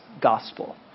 Gospel